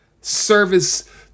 Service